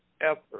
effort